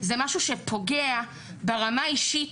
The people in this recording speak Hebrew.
זה משהו שפוגע ברמה האישית,